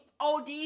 OD